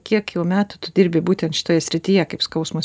kiek jau metų tu dirbi būtent šitoj srityje kaip skausmo